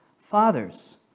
Fathers